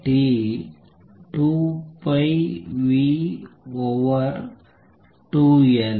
2 pi v over 2L